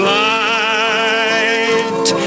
light